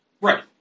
Right